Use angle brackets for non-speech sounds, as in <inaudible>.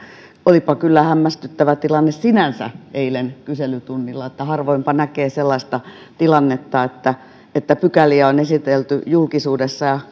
olipa kyllä hämmästyttävä tilanne sinänsä eilen kyselytunnilla harvoinpa näkee sellaista tilannetta että että pykäliä on esitelty julkisuudessa ja <unintelligible>